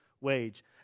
wage